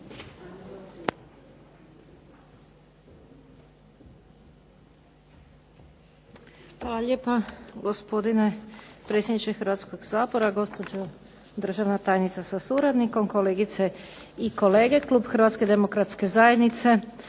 Hvala lijepa gospodine predsjedniče Hrvatskog sabora, gospođo državna tajnice sa suradnikom, kolegice i kolege. Klub HDZ-a podržat će prijedlog